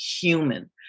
human